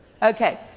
Okay